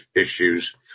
issues